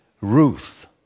Ruth